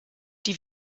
die